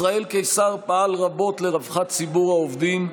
ישראל קיסר פעל רבות לרווחת ציבור העובדים,